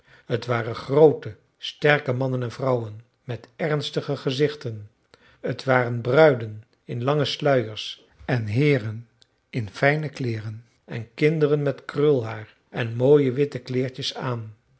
t waren groote sterke mannen en vrouwen met ernstige gezichten t waren bruiden in lange sluiers en heeren in fijne kleeren en kinderen met krulhaar en mooie witte kleertjes aan